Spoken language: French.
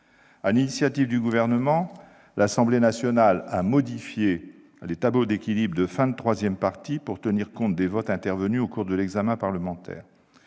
l'initiative du Gouvernement, les députés ont modifié les tableaux d'équilibre de fin de troisième partie pour tenir compte des votes intervenus au cours de l'examen parlementaire.